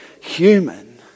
human